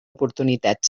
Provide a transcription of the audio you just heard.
oportunitat